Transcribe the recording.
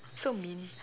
so mean